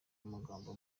magambo